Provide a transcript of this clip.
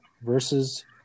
versus